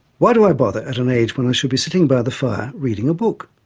why do i bother, at an age when i should be sitting by the fire, reading a book?